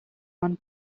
one